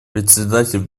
председатель